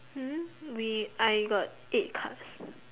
um we I got eight cards